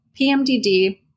PMDD